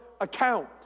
account